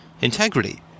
integrity